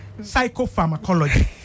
psychopharmacology